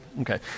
Okay